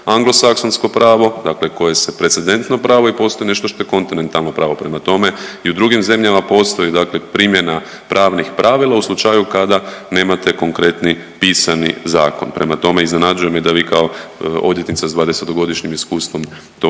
anglosaksonsko pravo, dakle koje se presidentno pravo i postoji nešto što je kontinentalno pravo. Prema tome i u drugim zemljama postoji, dakle primjena pravnih pravila u slučaju kada nemate konkretni pisani zakon. Prema tome iznenađuje me da vi kao odvjetnica sa dvadeset godišnjim iskustvom to